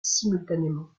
simultanément